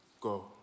go